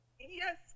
Yes